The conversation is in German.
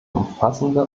umfassende